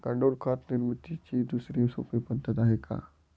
गांडूळ खत निर्मितीची दुसरी सोपी पद्धत आहे का?